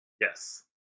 Yes